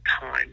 time